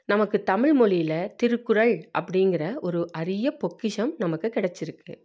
நமக்கு தமிழ் மொழியில திருக்குறள் அப்படிங்கிற ஒரு அரிய பொக்கிஷம் நமக்கு கெடைச்சிருக்கு